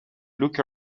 look